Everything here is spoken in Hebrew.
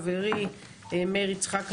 חברי מאיר יצחק הלוי,